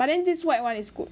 but then this white [one] is good